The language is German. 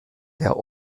der